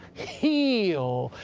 heal!